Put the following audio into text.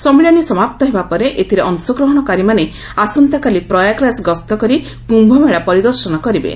ସମ୍ମିଳନୀ ସମାପ୍ତ ହେବା ପରେ ଏଥିରେ ଅଂଶଗ୍ରହଣକାରୀମାନେ ଆସନ୍ତାକାଲି ପ୍ରୟାଗରାଜ ଗସ୍ତ କରି କ୍ୟୁମେଳା ପରିଦର୍ଶନ କରିବେ